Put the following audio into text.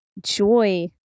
joy